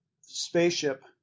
spaceship